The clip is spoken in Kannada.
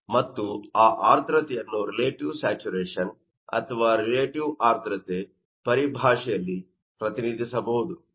ಮತ್ತು ಆ ಆರ್ದ್ರತೆಯನ್ನು ರಿಲೇಟಿವ್ ಸ್ಯಾಚುರೇಶನ್ ಅಥವಾ ರಿಲೇಟಿವ್ ಆರ್ದ್ರತೆ ಪರಿಭಾಷೆಯಲ್ಲಿ ಪ್ರತಿನಿಧಿಸಬಹುದು